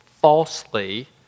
falsely